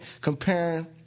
comparing